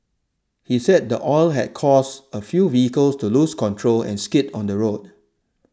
he said the oil had caused a few vehicles to lose control and skid on the road